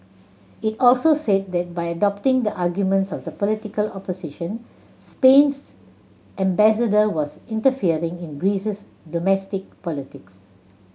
it also said that by adopting the arguments of the political opposition Spain's ambassador was interfering in Greece's domestic politics